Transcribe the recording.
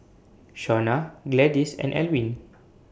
Shauna Gladyce and Alwin